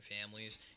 families